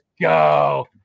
Go